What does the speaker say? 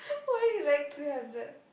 why you like three hundred